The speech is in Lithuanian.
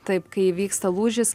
taip kai įvyksta lūžis